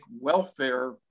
welfare